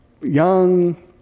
Young